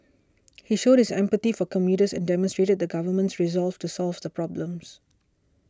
he showed his empathy for commuters and demonstrated the government's resolve to solve the problems